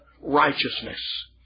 righteousness